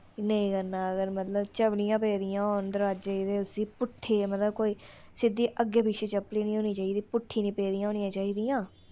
नेईं करना अगर मतलव चपलियां पेदियां होन दरवाजे च ते उसी पुट्ठी मतलव कोई सिध्दी अग्गे पिच्छे चपली नी होनी चाहिदी पुट्ठी नी पेदियां होनी चाहिदियां